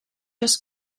just